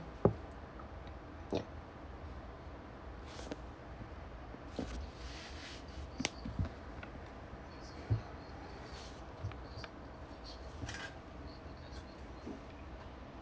yep